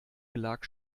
belag